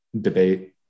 debate